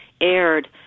aired